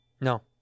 no